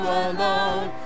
alone